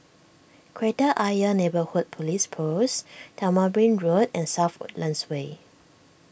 Kreta Ayer Neighbourhood Police Post Tamarind Road and South Woodlands Way